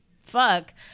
fuck